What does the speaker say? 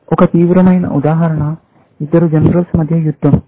ఒక తీవ్రమైన ఉదాహరణ ఇద్దరు జనరల్స్ మధ్య యుద్ధం